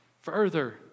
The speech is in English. further